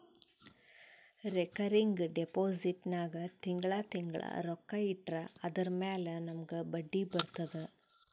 recurring deposit ನಾಗ್ ತಿಂಗಳಾ ತಿಂಗಳಾ ರೊಕ್ಕಾ ಇಟ್ಟರ್ ಅದುರ ಮ್ಯಾಲ ನಮೂಗ್ ಬಡ್ಡಿ ಬರ್ತುದ